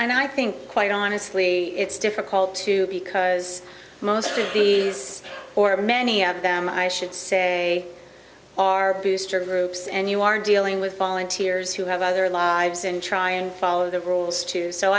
mean i think quite honestly it's difficult to because most of these or many of them i should say are booster groups and you are dealing with volunteers who have other lives and try and follow the rules too so